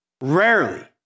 Rarely